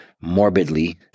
morbidly